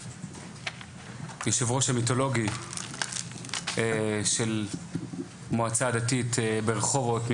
היושב-ראש המיתולוגי של המועצה הדתית ברחובות,